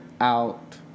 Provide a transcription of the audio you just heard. out